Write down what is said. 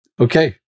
Okay